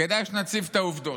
כדאי שנציב את העובדות.